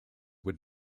were